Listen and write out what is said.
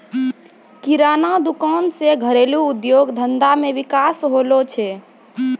किराना दुकान से घरेलू उद्योग धंधा मे विकास होलो छै